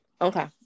Okay